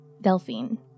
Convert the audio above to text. Delphine